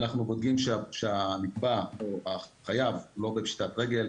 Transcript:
אנחנו בודקים שהנתבע או החייב לא בפשיטת רגל.